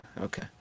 okay